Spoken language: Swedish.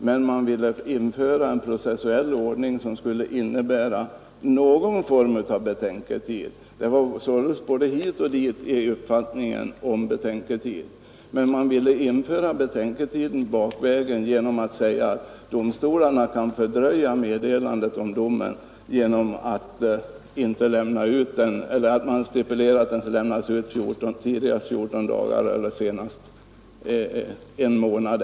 Men man ville införa en processuell ordning som skulle innebära någon form av betänketid — det var således både hit och dit i uppfattningen om betänketid. Man ville sålunda införa en betänketid bakvägen, och man sade att domstolarna kan fördröja meddelandet om dom genom att inte avlämna den eller genom att, som jag tror det står i motionen, stipulera en tid på 14 dagar eller en månad.